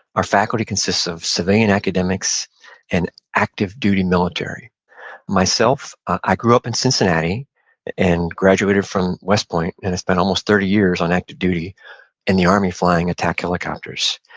our faculty consists of civilian academics and active duty military myself, i grew up in cincinnati and graduated from west point, and i spent almost thirty years on active in the army flying attack helicopters.